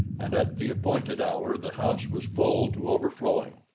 and at the appointed hour the house was full to overflowing.